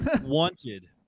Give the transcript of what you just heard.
Wanted